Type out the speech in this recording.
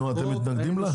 נו אתם מתנגדים לה?